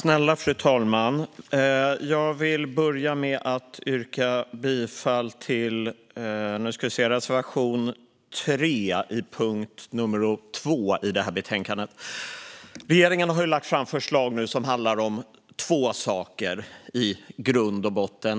Fru talman! Jag vill börja med att yrka bifall till reservation 3 under punkt 2 i betänkandet. Regeringen har lagt fram förslag som i grund och botten handlar om två saker.